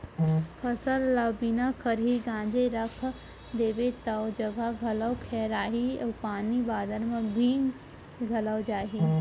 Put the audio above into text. फसल ल बिना खरही गांजे रखा देबे तौ जघा घलौ घेराही अउ पानी बादर म भींज घलौ जाही